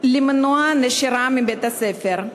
למנוע נשירה מבית-הספר.